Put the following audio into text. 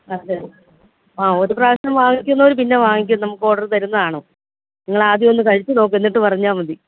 അതെ ആ ഒരു പ്രാവശ്യം വാങ്ങിക്കുന്നവർ പിന്നെ വാങ്ങിക്കും നമുക്ക് ഓർഡർ തരുന്നതാണ് നിങ്ങൾ ആദ്യമൊന്ന് കഴിച്ച് നോക്ക് എന്നിട്ട് പറഞ്ഞാൽ മതി